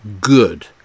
good